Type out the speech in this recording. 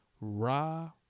Raw